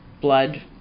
blood